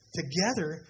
together